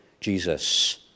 Jesus